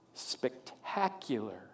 spectacular